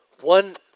One